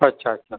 અચ્છા અચ્છા